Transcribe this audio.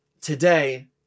today